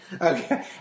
Okay